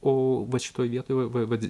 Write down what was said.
o vat šitoje vietoj vat